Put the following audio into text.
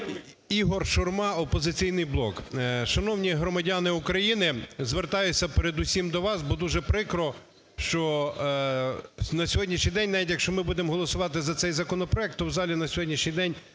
Ігор Шурма, "Опозиційний блок". Шановні громадяни України, звертаюся передусім до вас, бо дуже прикро, що на сьогоднішній день, навіть якщо ми будемо голосувати за цей законопроект, то в залі на сьогоднішній день